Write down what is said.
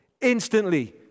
instantly